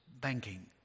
banking